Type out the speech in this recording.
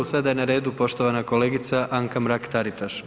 Sada je na redu poštovana kolegica Anka Mrak Taritaš.